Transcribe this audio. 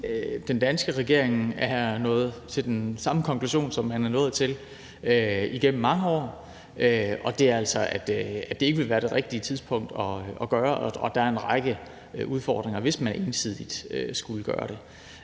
den danske regering er nået til den samme konklusion, som man er nået til igennem mange år, og det er altså, at det ikke vil være det rigtige tidspunkt at gøre det. Der er en række udfordringer, hvis man ensidigt skulle gøre det.